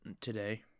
today